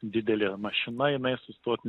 didelė mašina jinai sustot